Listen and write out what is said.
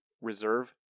reserve